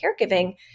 caregiving